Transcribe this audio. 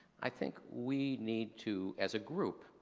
i think we need to as a group